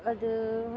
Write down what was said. ಅದು